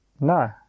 no